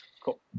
Cool